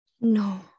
No